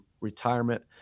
retirement